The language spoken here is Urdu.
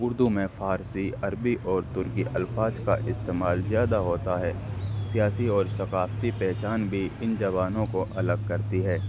اردو میں فارسی عربی اور ترکی الفاظ کا استعمال زیادہ ہوتا ہے سیاسی اور ثقافتی پہچان بھی ان زبانوں کو الگ کرتی ہے